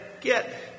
get